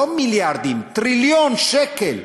לא מיליארדים, טריליון שקל,